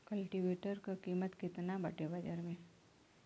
कल्टी वेटर क कीमत केतना बाटे बाजार में?